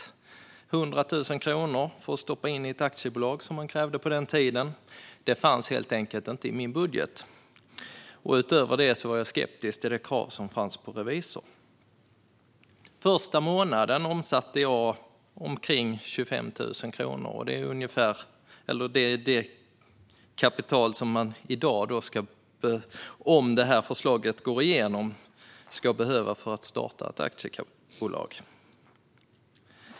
100 000 kronor att stoppa in i ett aktiebolag, som man krävde på den tiden, fanns helt enkelt inte i min budget, och utöver det var jag skeptisk till det krav som fanns på att ha revisor. Första månaden omsatte jag omkring 25 000 kronor, och det är lika mycket som man, om det här förslaget går igenom, ska behöva för att starta ett aktiebolag.